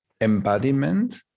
embodiment